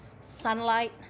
Sunlight